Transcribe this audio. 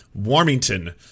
Warmington